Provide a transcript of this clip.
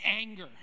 anger